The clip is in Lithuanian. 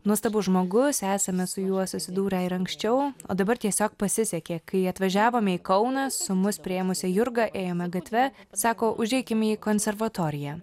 nuostabus žmogus esame su juo susidūrę ir anksčiau o dabar tiesiog pasisekė kai atvažiavome į kauną su mus priėmusia jurga ėjome gatve sako užeikim į konservatoriją